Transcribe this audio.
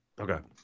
Okay